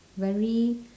very